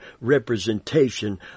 representation